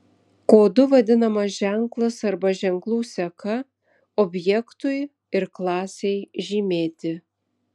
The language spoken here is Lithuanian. kodu vadinamas ženklas arba ženklų seka objektui ir klasei žymėti